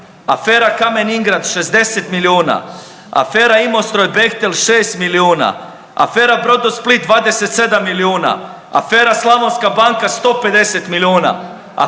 afera Kamen Ingrad 60 milijuna, afera Imostroj Bechtel 6 milijuna, afera Brodosplit 27 milijuna, afera Slavonska banka 150 milijuna,